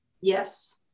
Yes